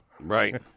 right